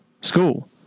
school